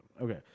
Okay